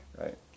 Right